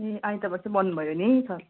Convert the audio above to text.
ए आइतवार चाहिँ बन्द भयो नि